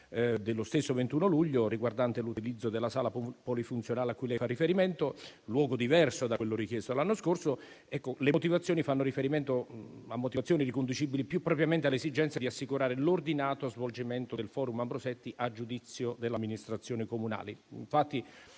dello stesso 21 luglio, riguardante l'utilizzo della sala polifunzionale a cui lei si riferisce, luogo diverso da quello richiesto l'anno scorso, fa riferimento a motivazioni riconducibili più propriamente alle esigenze di assicurare l'ordinato svolgimento del *forum* Ambrosetti a giudizio dell'amministrazione comunale.